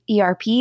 ERP